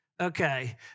Okay